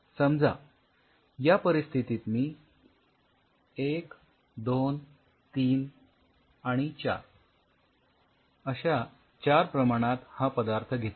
समजा या परिस्थितीत मी १२३आणि ४ अश्या चार प्रमाणात हा पदार्थ घेतला